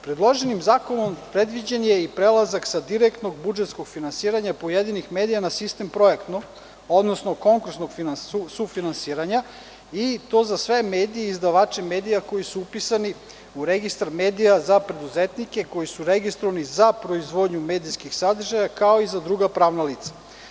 Predloženim zakonom predviđen je i prelazak sa direktnog budžetskog finansiranja pojedinih medija na sistem projektnog, odnosno konkursnog sufinansiranja i to za sve medije i izdavače medija koji su upisani u registar medija za preduzetnike koji su registrovani za proizvodnju medijskih sadržaja, kao i za druga pravna lica.